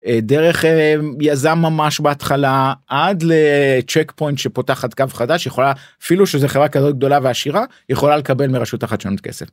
דרך יזם ממש בהתחלה עד לצ'ק פוינט שפותחת קו חדש יכולה אפילו שזה חברה כזאת גדולה ועשירה יכולה לקבל מראשות החדשנות כסף.